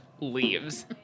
leaves